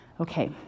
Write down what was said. Okay